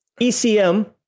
ECM